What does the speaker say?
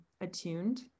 attuned